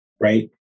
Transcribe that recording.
right